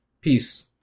Peace